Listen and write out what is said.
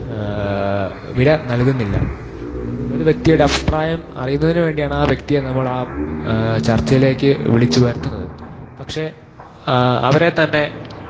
വില നല്കുന്നില്ല ഒരു വ്യക്തിയുടെ അഭിപ്രായം അറിയുന്നതിനു വേണ്ടിയാണ് വ്യക്തിയെ നമ്മളാണ് ചര്ച്ചയിലേക്കു വിളിച്ചു വരുത്തുന്നത് പക്ഷെ അവരെത്തന്നെ